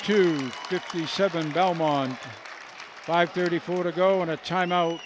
two fifty seven belmont five thirty four to go on a time out